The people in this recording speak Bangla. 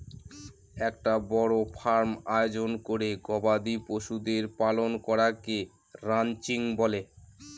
একটা বড় ফার্ম আয়োজন করে গবাদি পশুদের পালন করাকে রানচিং বলে